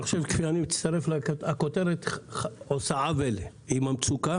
אני חושב שאני מצטרף לכך שהכותרת עושה עוול עם המצוקה